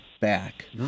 back